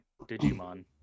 Digimon